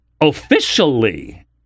officially